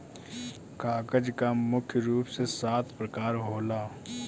कागज कअ मुख्य रूप से सात प्रकार होला